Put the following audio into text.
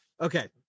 Okay